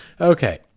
okay